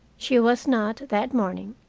she was not, that morning,